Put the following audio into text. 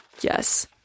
yes